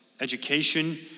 education